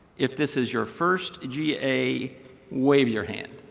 if this is your first ga wave your hand.